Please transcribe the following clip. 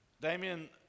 Damien